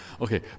Okay